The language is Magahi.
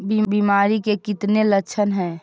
बीमारी के कितने लक्षण हैं?